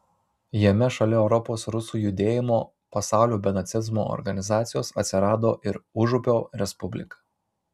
jame šalia europos rusų judėjimo pasaulio be nacizmo organizacijos atsirado ir užupio respublika